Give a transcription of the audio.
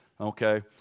okay